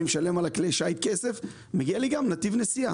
אני משלם כסף על כלי השיט גם לי מגיע נתיב נסיעה,